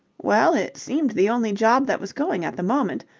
well, it seemed the only job that was going at the moment.